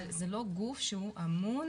אבל זה לא גוף שהוא אמון